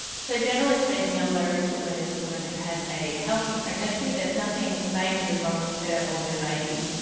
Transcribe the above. so generally speaking a low risk woman is a woman who has a healthy pregnancy, there's nothing majorly wrong with her or her baby,